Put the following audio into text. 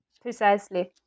precisely